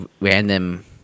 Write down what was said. random